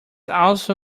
also